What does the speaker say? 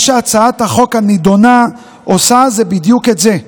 מה שהצעת החוק הנדונה עושה הוא בדיוק זה: